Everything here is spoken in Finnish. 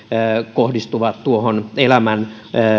kohdistuvat tuohon elämän